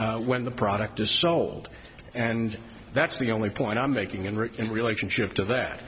when the product is sold and that's the only point i'm making and rick in relationship to that